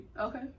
okay